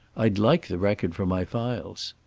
i'd like the record for my files.